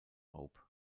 hope